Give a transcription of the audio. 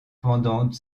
pendant